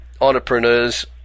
Entrepreneurs